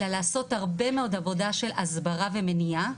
אלא לעשות הרבה מאוד עבודה של הסברה ומניעה,